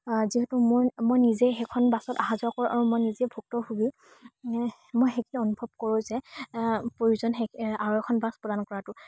যিহেতু মোৰ মই নিজে সেইখন বাছত অহা যোৱা কৰোঁ আৰু মই নিজে ভুক্তভোগী মই সেইখিনি অনুভৱ কৰোঁ যে প্ৰয়োজন আৰু এখন বাছ প্ৰদান কৰাটো